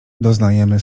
doznajemy